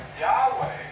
Yahweh